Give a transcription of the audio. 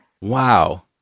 Wow